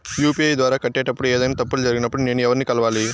UPI ద్వారా కట్టేటప్పుడు ఏదైనా తప్పులు జరిగినప్పుడు నేను ఎవర్ని కలవాలి?